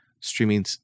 streaming